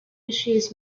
issues